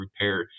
repair